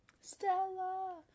Stella